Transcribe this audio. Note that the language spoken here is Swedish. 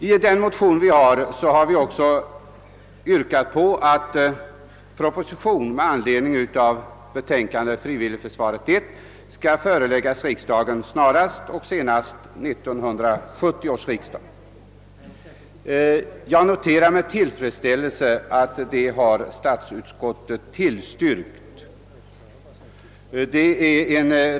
I våra motioner har vi också yrkat att proposition med anledning av betänkandet skall föreläggas riksdagen snarast och senast vid 1970 års riksdag. Jag noterar med tillfredsställelse att statsutskottet tillstyrkt detta.